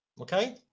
okay